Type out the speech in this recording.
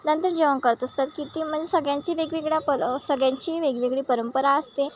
नंतर जेवण करत असतात की ती म्हणजे सगळ्यांची वेगवेगळ्या प सगळ्यांची वेगवेगळी परंपरा असते